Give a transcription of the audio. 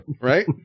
Right